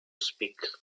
speak